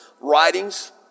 writings